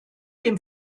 dem